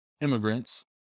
immigrants